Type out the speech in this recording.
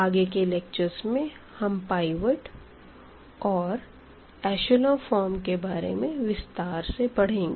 आगे के लेक्चर्स में हम पाइवट और एशलों फॉर्म के बारे में विस्तार से पढ़ेंगे